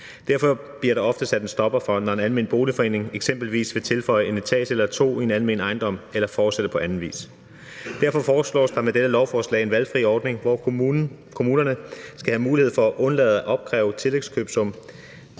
Derfor bliver der ofte sat en stopper for det, når en almen boligforening eksempelvis vil tilføje en etage eller to i en almen ejendom eller fortsætte på anden vis. Derfor foreslås der med dette lovforslag en valgfri ordning, hvor kommunerne skal have mulighed for at undlade at opkræve tillægskøbesummen